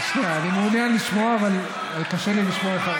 אני מעוניין לשמוע אבל קשה לי לשמוע.